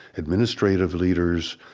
administrative leaders,